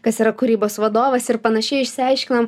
kas yra kūrybos vadovas ir panašiai išsiaiškinom